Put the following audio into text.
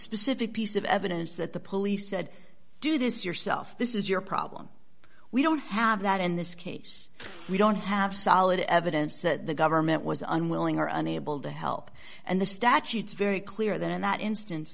specific piece of evidence that the police said do this yourself this is your problem we don't have that in this case we don't have solid evidence that the government was unwilling or unable to help and the statutes very clear that in that instance